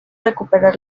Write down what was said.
recuperar